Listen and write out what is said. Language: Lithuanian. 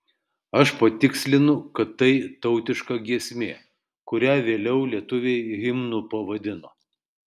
aš patikslinu kad tai tautiška giesmė kurią vėliau lietuviai himnu pavadino